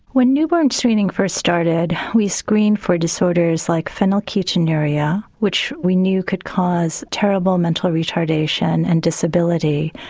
when newborn screening first started we screened for disorders like phenylketonuria which we knew could cause terrible mental retardation and disability.